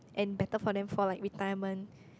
and better for them for like retirement